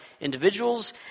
individuals